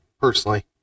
personally